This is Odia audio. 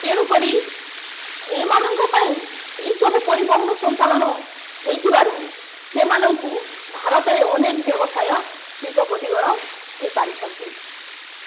ତେଣୁକରି ଏମାନଙ୍କ ପାଇଁ ଏସବୁ ପରିବହନ ସଞ୍ଚାଳନ ହେଇଥିବାରୁ ସେମାନଙ୍କୁ ଭାରତରେ ଅନେକ ବ୍ୟବସାୟ ଶିଳ୍ପପତି ଗଣ ହେଇପାରିଛନ୍ତି